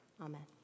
Amen